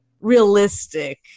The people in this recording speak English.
realistic